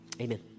amen